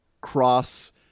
cross